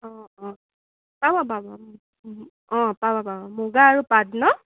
অঁ অঁ পাব পাব অঁ অঁ অঁ পাব পাব মুগা আৰু পাট ন'